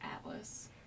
atlas